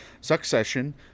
succession